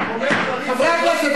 חברי הכנסת,